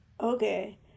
Okay